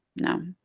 No